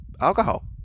alcohol